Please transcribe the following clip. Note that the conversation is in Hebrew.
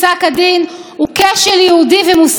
חברת הכנסת המנומסת אבו רחמון,